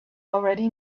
already